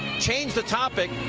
change the topic.